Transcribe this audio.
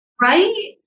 Right